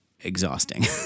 exhausting